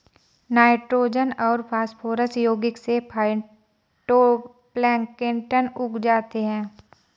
nitrogen और phosphorus यौगिक से फाइटोप्लैंक्टन उग जाते है